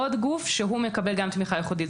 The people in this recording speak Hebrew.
עוד גוף שהוא מקבל גם תמיכה ייחודית.